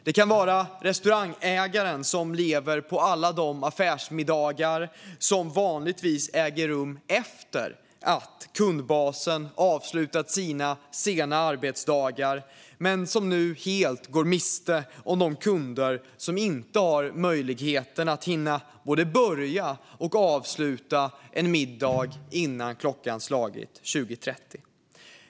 Det kan vara restaurangägaren som lever på alla de affärsmiddagar som vanligtvis äger rum efter att kundbasen har avslutat sina sena arbetsdagar men som nu helt går miste om de kunder som inte hinner både börja och avsluta en middag innan klockan slagit 20.30.